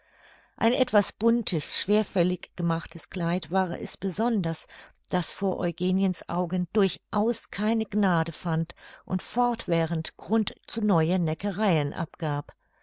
ein etwas buntes schwerfällig gemachtes kleid war es besonders das vor eugeniens augen durchaus keine gnade fand und fortwährend grund zu neuen neckereien abgab